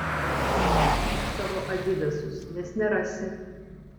susirink savo adidasus nes nerasi